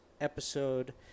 episode